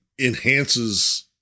enhances